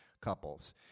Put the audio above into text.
couples